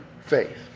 faith